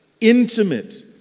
intimate